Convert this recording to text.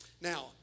Now